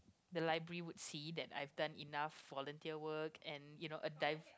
the library would see that I've done enough volunteer work and you know a div~